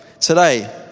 today